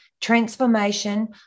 transformation